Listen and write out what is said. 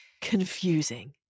confusing